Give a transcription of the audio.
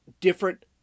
different